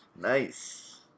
Nice